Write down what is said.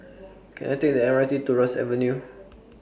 Can I Take The M R T to Ross Avenue